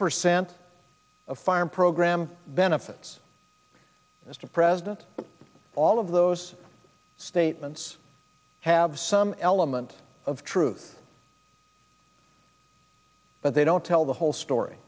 percent of farm program benefits mr president all of those statements have some element of truth but they don't tell the whole story